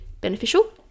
beneficial